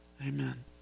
amen